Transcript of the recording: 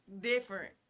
different